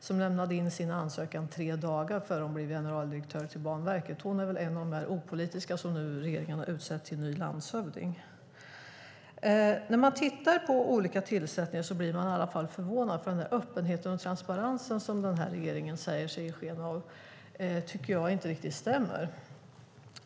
Hon lämnade in sin ansökan tre dagar innan hon blev generaldirektör för Banverket. Hon är en av de opolitiska som regeringen utsett till ny landshövding. När man tittar på olika tillsättningar blir man förvånad. Den öppenhet och transparens som den här regeringen vill ge sken av tycker jag inte stämmer.